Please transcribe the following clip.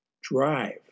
drive